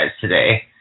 today